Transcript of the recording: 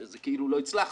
זה כאילו לא הצלחת.